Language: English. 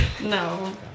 No